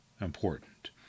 important